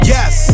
Yes